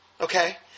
Okay